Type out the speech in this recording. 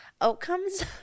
outcomes